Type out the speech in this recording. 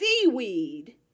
Seaweed